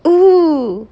oo